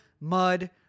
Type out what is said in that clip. Mud